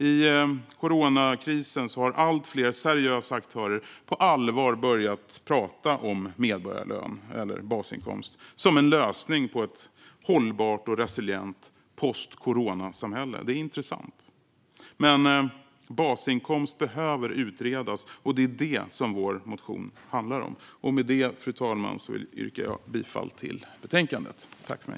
I coronakrisen har allt fler seriösa aktörer på allvar börjat tala om medborgarlön, basinkomst, som en lösning på ett hållbart och resilient post-corona-samhälle. Det är intressant. Basinkomst behöver utredas, och det är vad vår motion handlar om. Med det, fru talman, yrkar jag bifall till förslaget i betänkandet.